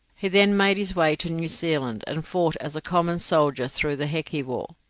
he then made his way to new zealand, and fought as a common soldier through the heki war.